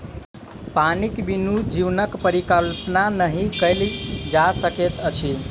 पानिक बिनु जीवनक परिकल्पना नहि कयल जा सकैत अछि